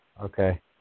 Okay